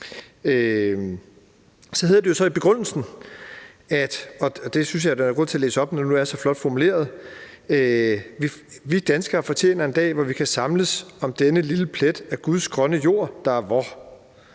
Så hedder det jo i begrundelsen – og det synes jeg at der er grund til at læse op, når det nu er så flot formuleret: »Vi danskere fortjener en dag, hvor vi kan samles om denne lille plet af Guds grønne jord, der er vor«.